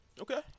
Okay